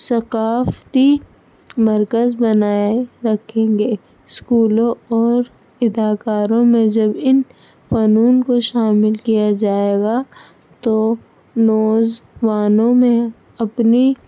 ثقافتی مرکز بنائے رکھیں گے اسکولوں اور اداکاروں میں جب ان فنون کو شامل کیا جائے گا تو نوجوانوں میں اپنی